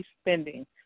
spending